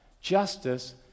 Justice